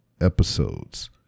episodes